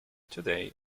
today